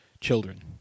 children